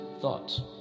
thoughts